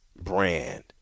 brand